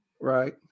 Right